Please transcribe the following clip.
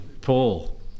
Paul